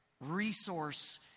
resource